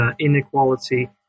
inequality